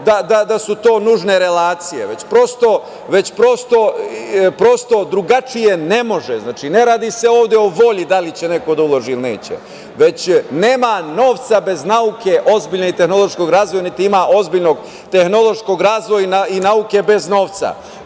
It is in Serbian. da su to nužne relacije, već prosto drugačije ne može. Znači, ne radi se ovde o volji da li će neko da uložili ili neće, već nema novca bez nauke, ozbiljnog tehnološkog razvoja, niti ima ozbiljnog tehnološkog razvoja i nauke bez novca.